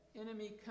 enemy